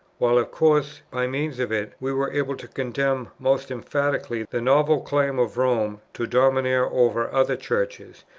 while, of course, by means of it, we were able to condemn most emphatically the novel claim of rome to domineer over other churches,